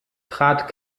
trat